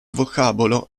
vocabolo